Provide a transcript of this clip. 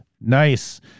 Nice